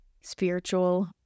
spiritual